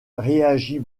réagit